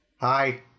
Hi